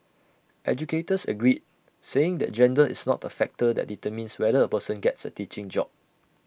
educators agreed saying that gender is not A factor that determines whether A person gets A teaching job